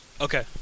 Okay